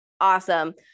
Awesome